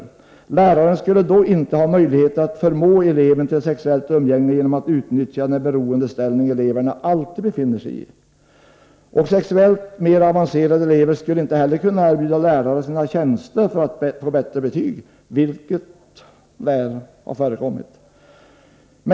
Läraren skulle då inte ha möjlighet att förmå eleven till sexuellt umgänge genom att utnyttja den beroende ställning eleverna alltid befinner sig i. Och sexuellt mera avancerade elever skulle inte heller kunna erbjuda lärare sina tjänster för att få bättre betyg, vilket väl har förekommit.